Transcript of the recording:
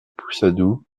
pousadou